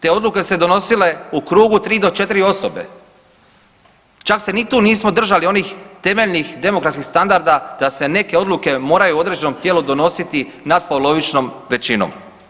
Te odluke su se donosile u krugu 3 do 4 osobe, čak se ni tu nismo držali onih temeljnih demokratskih standarda da se neke odluke moraju o određenom tijelu donositi natpolovičnom većinom.